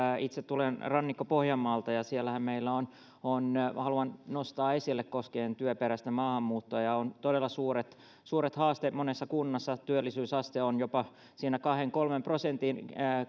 itse tulen rannikko pohjanmaalta ja siellähän meillä on on haluan nostaa tämän esille koskien työperäistä maahanmuuttoa todella suuret suuret haasteet monessa kunnassa työttömyysaste on jopa siinä kahden viiva kolmen prosentin